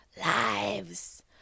lives